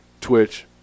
twitch